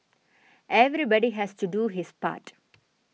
everybody has to do his part